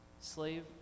slave